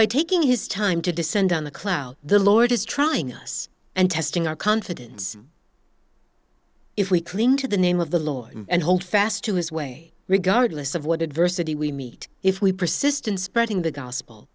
by taking his time to descend on the clouds the lord is trying us and testing our confidence if we cling to the name of the lord and hold fast to his way regardless of what adversity we meet if we persist in spreading the gospel